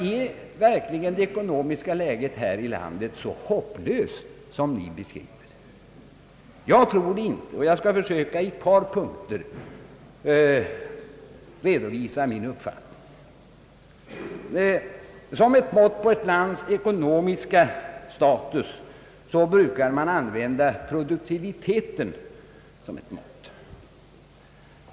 Är verkligen det ekonomiska läget här i landet så hopplöst som ni beskrivit det? Jag tror det inte, och jag skall försöka att i ett par punkter redovisa min uppfattning. Som ett mått på ett lands ekonomiska status brukar man använda produktiviteten.